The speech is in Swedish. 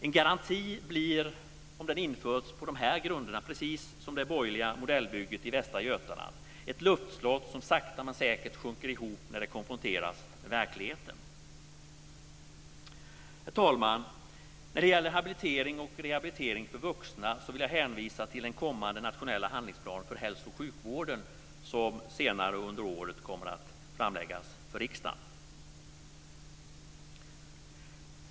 En garanti blir om den införs på de här grunderna precis som det borgerliga modellbygget i Västra Götaland: ett luftslott som sakta men säkert sjunker ihop när det konfronteras med verkligheten. När det gäller habilitering och rehabilitering för vuxna vill jag hänvisa till den kommande nationella handlingsplan för hälso och sjukvården som kommer att framläggas för riksdagen senare under året.